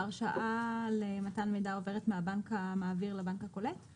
ההרשאה למתן מידע עוברת מהבנק המעביר לבנק הקולט?